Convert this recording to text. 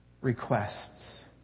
requests